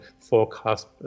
forecast